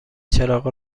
چراغ